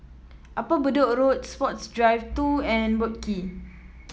Upper Bedok Road Sports Drive Two and Boat Quay